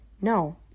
no